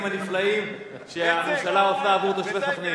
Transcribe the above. הנפלאים שהממשלה עושה עבור תושבי סח'נין.